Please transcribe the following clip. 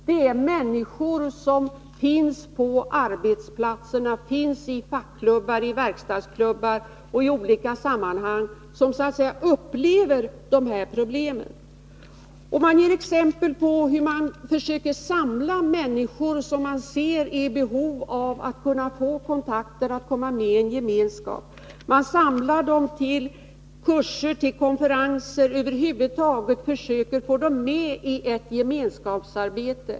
Det är människor som finns på arbetsplatserna — i fackklubbar, i verkstadsklubbar och i andra sammanhang — och som möter dessa problem. I skriften ger de exempel på hur de försöker samla människor, som de ser är i behov av att få kontakter, i en gemenskap. De ordnar kurser och konferenser och försöker att få med alla i ett gemenskapsarbete.